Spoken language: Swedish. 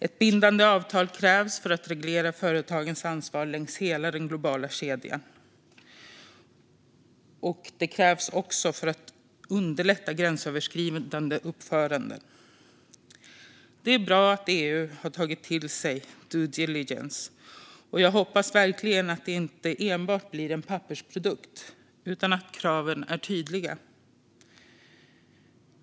Ett bindande avtal krävs för att reglera företagens ansvar längs hela den globala kedjan, och det krävs också för att underlätta gränsöverskridande uppförande. Det är bra att EU har tagit till sig detta med due diligence, och jag hoppas verkligen att det inte enbart blir en pappersprodukt utan att kraven är tydliga.